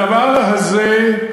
הדבר הזה,